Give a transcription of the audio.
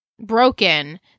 broken